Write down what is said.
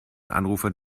anrufer